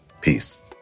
Peace